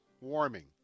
warming